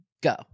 Go